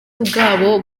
bwabo